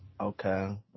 Okay